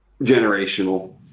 generational